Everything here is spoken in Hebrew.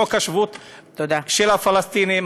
חוק השבות של הפלסטינים,